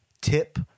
tip